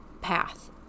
path